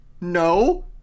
No